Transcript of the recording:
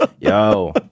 Yo